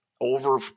over